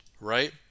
right